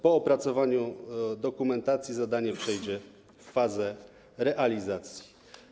Po opracowaniu dokumentacji zadanie przejdzie w fazę realizacji.